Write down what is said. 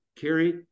Carrie